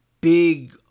big